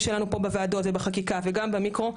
שלנו פה בוועדות ובחקיקה וגם במיקרו,